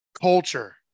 Culture